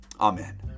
Amen